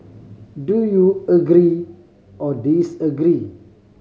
do you agree or disagree